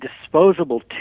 disposable